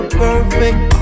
perfect